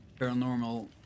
Paranormal